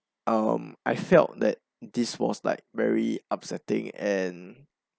um I felt that this was like very upsetting and